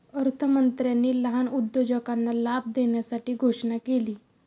अर्थमंत्र्यांनी लहान उद्योजकांना लाभ देण्यासाठी घोषणा केली